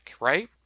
right